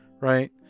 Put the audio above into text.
right